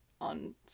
on